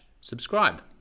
subscribe